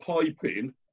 piping